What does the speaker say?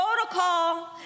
Protocol